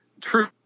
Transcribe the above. True